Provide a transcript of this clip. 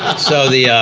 so the.